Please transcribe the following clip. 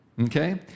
Okay